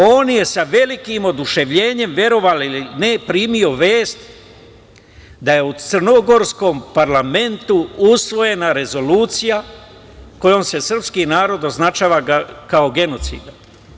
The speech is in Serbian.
On je sa velikim oduševljenjem, verovali ili ne, primio vest da je crnogorskom parlamentu usvojena rezolucija kojom se srpski narod označava kao genocidan.